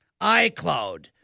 iCloud